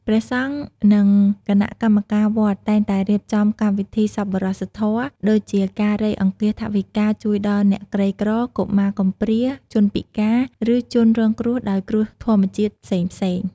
ព្រះសង្ឃ និងគណៈកម្មការវត្តតែងតែរៀបចំកម្មវិធីសប្បុរសធម៌ ដូចជាការរៃអង្គាសថវិកាជួយដល់អ្នកក្រីក្រ កុមារកំព្រា ជនពិការ ឬជនរងគ្រោះដោយគ្រោះធម្មជាតិផ្សេងៗ។